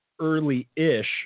early-ish